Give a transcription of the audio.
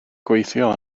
gweithio